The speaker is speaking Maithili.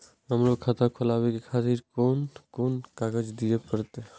हमरो खाता खोलाबे के खातिर कोन कोन कागज दीये परतें?